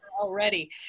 already